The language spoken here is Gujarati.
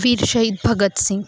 વીર શહીદ ભગતસિંહ